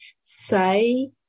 say